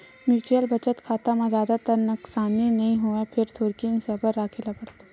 mutual बचत खाता म जादातर नसकानी नइ होवय फेर थोरिक सबर राखे ल परथे